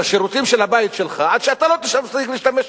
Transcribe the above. בשירותים של הבית שלך עד שאתה לא תפסיק להשתמש.